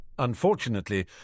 Unfortunately